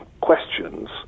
questions